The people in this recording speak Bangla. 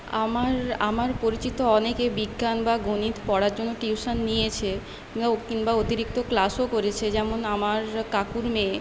আমার আমার পরিচিত অনেকে বিজ্ঞান বা গণিত পড়ার জন্য টিউশন নিয়েছে কিংবা অতিরিক্ত ক্লাসও করেছে যেমন আমার কাকুর মেয়ে